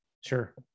Sure